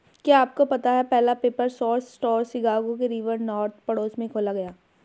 क्या आपको पता है पहला पेपर सोर्स स्टोर शिकागो के रिवर नॉर्थ पड़ोस में खोला गया?